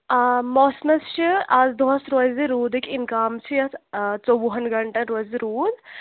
آ موسمس چھِ آز دۄہس روزِ روٗدِکۍ اِمکام یَتھ ژۄوُہن گنٛٹن روزِ روٗد